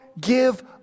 give